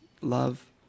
love